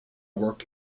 work